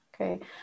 okay